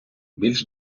більш